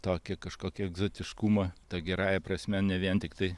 tokį kažkokį egzotiškumą ta gerąja prasme ne vien tiktai